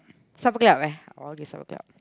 Supper-Club eh oh pergi Supper-Club